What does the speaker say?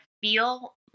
feel